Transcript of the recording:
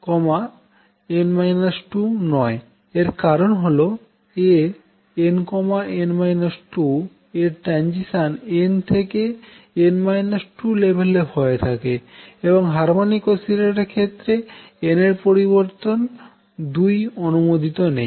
এর কারন হল Ann 2 এর ট্রানজিশান n থেকে n 2লেভেলে হয়ে থাকে এবং হারমনিক অসিলেটর এর ক্ষেত্রে n এর পরিবর্তন 2 অনুমোদিত নেই